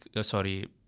sorry